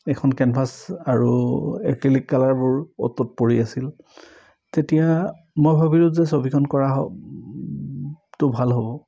এইখন কেনভাছ আৰু এক্ৰেলিক কালাৰবোৰ অ'ত ত'ত পৰি আছিল তেতিয়া মই ভাবিলোঁ যে ছবিখন কৰাটো ভাল হ'ব